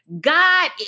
god